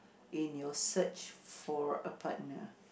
in your search for a partner